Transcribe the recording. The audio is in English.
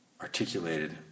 articulated